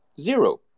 Zero